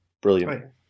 brilliant